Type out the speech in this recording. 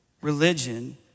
Religion